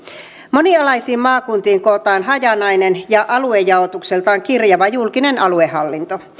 monialaisiin maakuntiin kootaan hajanainen ja aluejaotukseltaan kirjava julkinen aluehallinto